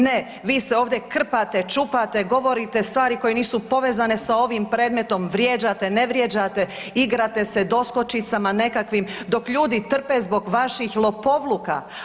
Ne, vi se ovdje krpate, čupate, govorite stvari koje nisu povezane sa ovim predmetom, vrijeđate, ne vrijeđate, igrate se doskočicama nekakvim dok ljudi trpe zbog vaših lopovluka.